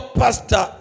pastor